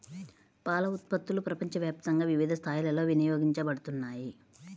పాల ఉత్పత్తులు ప్రపంచవ్యాప్తంగా వివిధ స్థాయిలలో వినియోగించబడుతున్నాయి